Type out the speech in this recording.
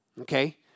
Okay